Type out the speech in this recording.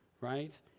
right